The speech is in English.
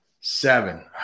seven